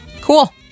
Cool